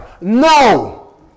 No